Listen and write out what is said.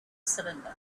cylinder